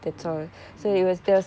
mm mm